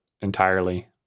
entirely